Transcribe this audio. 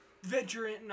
veteran